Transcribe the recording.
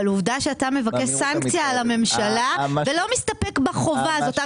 אבל עובדה שאתה מבקש סנקציה על הממשלה ולא מסתפק בחובה הזאת.